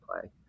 play